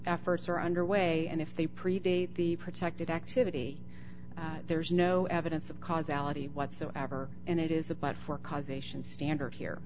efforts are underway and if they predate the protected activity there's no evidence of causality whatsoever and it is about four causation standard here